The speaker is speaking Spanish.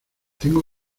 tengo